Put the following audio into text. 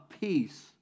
peace